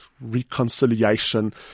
reconciliation